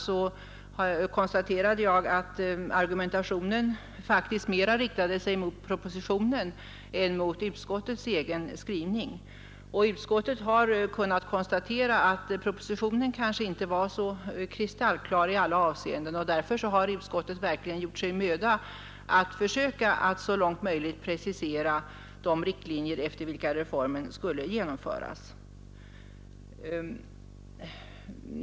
Jag konstaterade att argumentationen faktiskt mer riktade sig mot propositionen än mot utskottets egen skrivning. Utskottsmajoriteten har funnit att propositionen kanske inte var kristallklar i alla avseenden, och därför har vi verkligen gjort oss möda att försöka att — så långt möjligt — precisera de riktlinjer efter vilka reformen skulle genomföras.